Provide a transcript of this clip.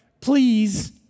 Please